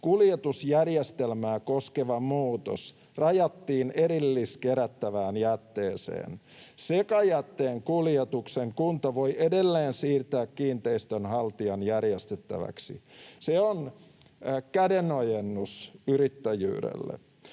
kuljetusjärjestelmää koskeva muutos rajattiin erilliskerättävään jätteeseen. Sekajätteen kuljetuksen kunta voi edelleen siirtää kiinteistönhaltijan järjestettäväksi. Se on kädenojennus yrittäjyydelle.